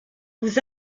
vous